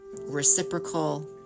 reciprocal